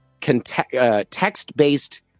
text-based